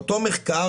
באותו מחקר,